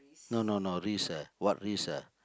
no no no risk ah what risk ah